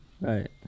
Right